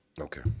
Okay